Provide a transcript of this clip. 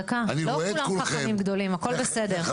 לא כולם חכמים גדולים, הכול בסדר.